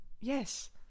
yes